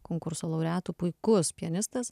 konkurso laureatų puikus pianistas